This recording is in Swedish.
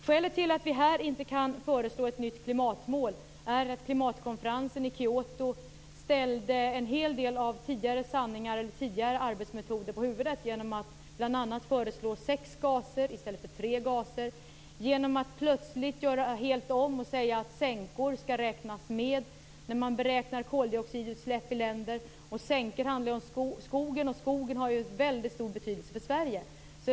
Skälet till att vi här inte kan föreslå ett nytt klimatmål är att klimatkonferensen i Kyoto ställde en hel del av tidigare arbetsmetoder på huvudet genom att bl.a. föreslå sex i stället för tre gaser och genom att plötsligt göra helt om och säga att sänkor skall tas med vid beräkning av ländernas koldioxidutsläpp. Sänkor har att göra med skogen, som ju har väldigt stor betydelse för Sverige.